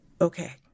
okay